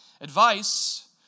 Advice